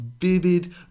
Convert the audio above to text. vivid